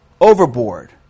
overboard